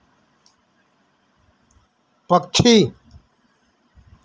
पक्षी